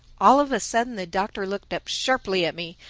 all of a sudden the doctor looked up sharply at me,